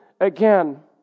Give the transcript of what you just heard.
Again